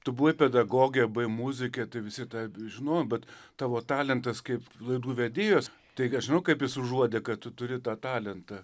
tu buvai pedagogė buvai muzikė tai visi tave žinojo bet tavo talentas kaip laidų vedėjos taigi aš žinau kaip jis užuodė kad tu turi tą talentą